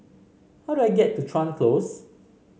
how do I get to Chuan Close